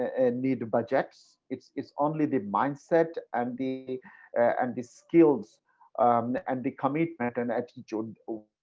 and need budgets. it's it's only the mindset and the and the skills and the commitment and attitude of.